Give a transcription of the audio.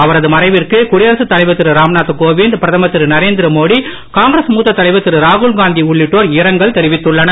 அவரது மறைவிற்கு குடியரசு தலைவர் திரு ராம்நாத் கோவிந்த் பிரதமர் திரு நரேந்திரமோடி காங்கிரஸ் மூத்த தலைவர் திரு ராகுல்காந்தி உள்ளிட்டோர் இரங்கல் தெரிவித்துள்ளனர்